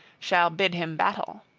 shall bid him battle.